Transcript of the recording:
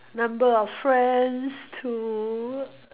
number of friends to